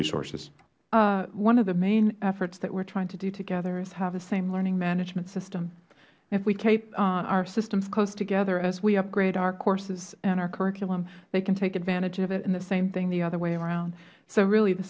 mcfarland one of the main efforts that we are trying to do together is have the same learning management system if we take our systems close together as we upgrade our courses and our curriculum they can take advantage of it and the same thing the other way around so really the